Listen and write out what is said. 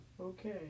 Okay